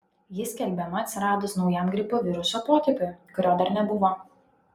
ji skelbiama atsiradus naujam gripo viruso potipiui kurio dar nebuvo